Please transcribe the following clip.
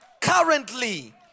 currently